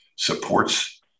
supports